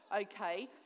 okay